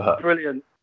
Brilliant